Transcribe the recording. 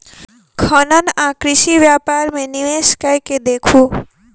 खनन आ कृषि व्यापार मे निवेश कय के देखू